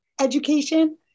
education